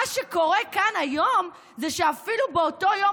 מה שקורה כאן היום זה שאפילו באותו יום